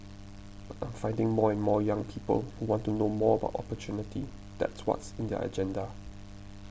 but I'm finding more and more young people who want to know more about opportunity that's what's in their agenda